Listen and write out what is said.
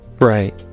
Right